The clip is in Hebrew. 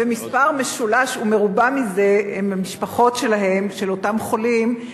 מספר משולש ומרובע מזה הן משפחות של אותם חולים,